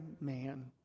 man